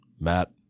Matt